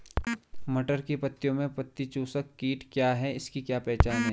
मटर की पत्तियों में पत्ती चूसक कीट क्या है इसकी क्या पहचान है?